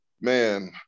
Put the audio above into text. man